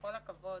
בכל הכבוד,